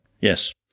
Yes